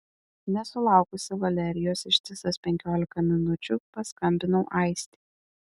nesulaukusi valerijos ištisas penkiolika minučių paskambinau aistei